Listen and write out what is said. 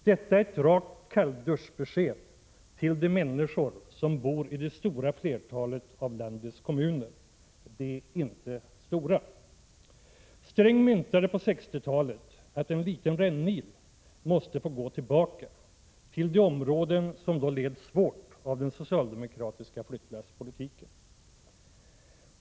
Detta är ett rakt kallduschbesked till de människor som bor i det stora flertalet av landets kommuner, och de är inte stora. Gunnar Sträng myntade på 1960-talet uttrycket ”att en liten rännil måste få gå tillbaka” till de områden som då led svårt av den socialdemokratiska flyttlasspolitiken.